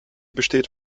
besteht